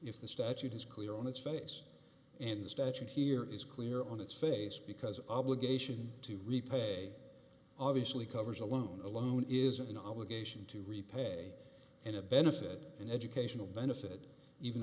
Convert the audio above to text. if the statute is clear on its face and the statute here is clear on its face because obligation to repay obviously covers alone alone isn't an obligation to repay and a benefit an educational benefit even